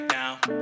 now